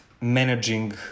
managing